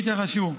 אם יתרחשו.